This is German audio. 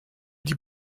die